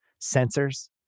sensors